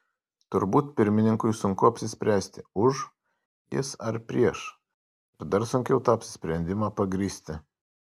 turbūt pirmininkui sunku apsispręsti už jis ar prieš ir dar sunkiau tą apsisprendimą pagrįsti